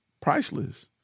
priceless